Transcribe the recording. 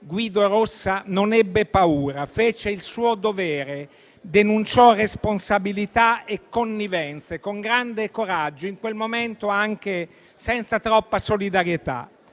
Guido Rossa non ebbe paura, fece il suo dovere, denunciò responsabilità e connivenze, con grande coraggio e, in quel momento, anche senza troppa solidarietà.